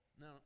No